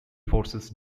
forces